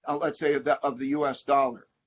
ah let's say of the of the us dollar.